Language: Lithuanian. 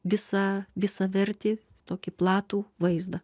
visą visavertį tokį platų vaizdą